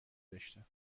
داشتم